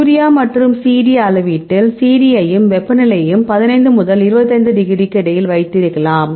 urea மற்றும் CD அளவீட்டில் CD யையும் வெப்பநிலையையும் 15 முதல் 25 டிகிரிக்கு இடையில் வைத்திருக்கலாம்